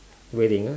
wedding ah